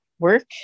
work